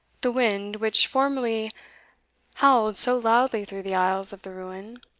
the wind, which formerly howled so loudly through the aisles of the ruin,